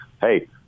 hey